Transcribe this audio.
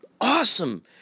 awesome